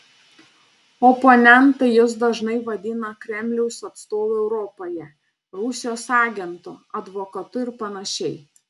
oponentai jus dažnai vadina kremliaus atstovu europoje rusijos agentu advokatu ir panašiai